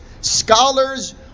scholars